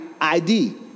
ID